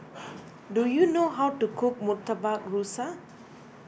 do you know how to cook Murtabak Rusa